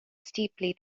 steeply